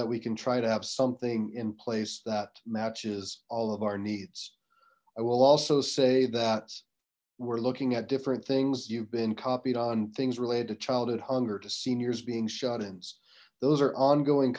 that we can try to have something in place that matches all of our needs i will also say that we're looking at different things you've been copied on things related to childhood hunger to seniors being shut ins those are ongoing